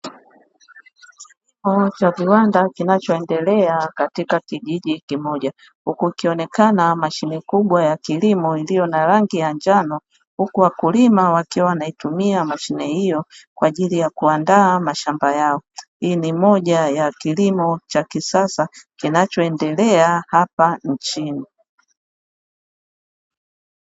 Kilimo cha viwanda kinachoendelea katika kijiji kimoja kukionekana mashine kubwa ya kilimo iliyo na rangi ya njano, huku wakulima wakiwa wanaitumia mashine hiyo kwajili ya kuandaa mashamba yao, hii ni moja ya kilimo cha kisasa kinachoendelea hapa nchini.